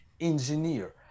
engineer